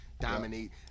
dominate